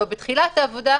לא בתחילת העבודה,